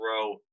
throw